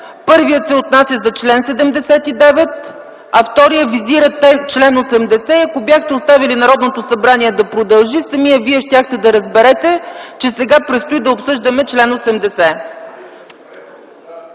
параграф се отнася за чл. 79, а вторият визира чл. 80. Ако бяхте оставили Народното събрание да продължи, самият Вие щяхте да разберете, че сега предстои да обсъждаме чл. 80.